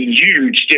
huge